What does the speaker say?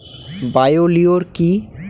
Bio লিওর কি?